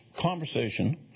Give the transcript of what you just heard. conversation